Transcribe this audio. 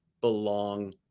belong